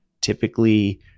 typically